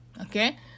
Okay